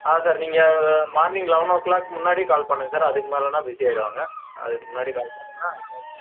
ஆமாம் சார் நீங்கள் morning eleven o'clock முன்னாடியே கால் பண்ணுங்கள் சார் அதுக்கு மேலேன்னா பிஸி ஆயிருவாங்கள் அதுக்கு முன்னாடி கால் பண்ணிங்கன்னா